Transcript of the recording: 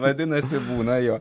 vadinasi būna jo